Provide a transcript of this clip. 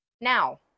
now